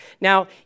Now